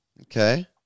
okay